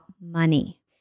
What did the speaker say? money